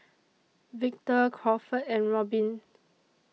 Victor Crawford and Robin